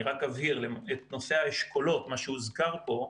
אני רק אבהיר את נושא האשכולות, מה שהוזכר פה,